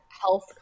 health